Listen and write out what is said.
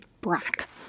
Brack